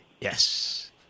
Yes